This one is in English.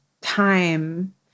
time